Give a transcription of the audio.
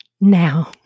now